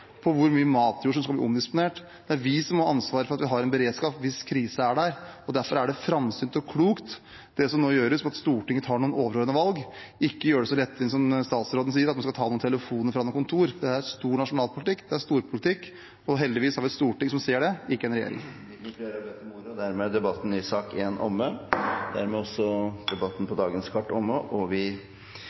hvor mye matjord som skal omdisponeres: Det er vi som har ansvar for at vi har en beredskap hvis krisen er der. Derfor er det framsynt og klokt, det som nå gjøres ved at Stortinget tar noen overordnede valg og ikke gjør det så lettvint som statsråden sier, ved å ta noen telefoner fra et kontor. Det er nasjonal politikk, det er storpolitikk. Heldigvis har vi et storting som ser det– regjeringen ser det ikke. Flere har ikke bedt om ordet til sak nr. 1. Stortinget er da klar til å gå til votering. Under debatten